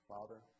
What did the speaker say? Father